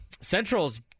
Central's